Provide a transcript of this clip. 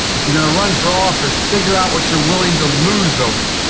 if you're gonna run for office, figure out what you're willing to lose over.